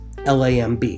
LAMB